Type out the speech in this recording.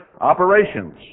operations